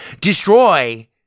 Destroy